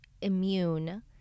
immune